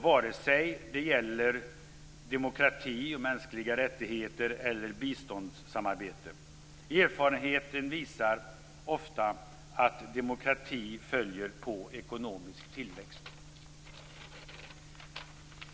vare sig det gäller demokrati och mänskliga rättigheter eller biståndssamarbete. Erfarenheten visar ofta att demokrati följer på ekonomisk tillväxt.